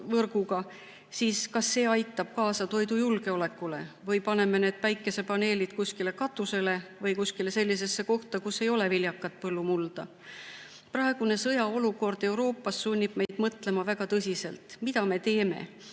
siis kas see aitab kaasa toidujulgeolekule? Või kui paneme need päikesepaneelid katusele või kuskile sellisesse kohta, kus ei ole viljakat põllumulda? Praegune sõjaolukord Euroopas sunnib meid väga tõsiselt mõtlema, mida me teeme,